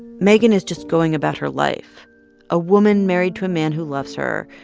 megan is just going about her life a woman married to a man who loves her,